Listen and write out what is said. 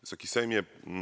Wysoki Sejmie!